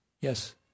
Yes